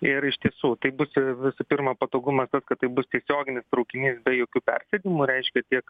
ir iš tiesų tai bus visų pirma patogumas tas kad tai bus tiesioginis traukinys be jokių persėdimų reiškia tiek